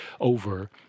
over